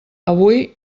avui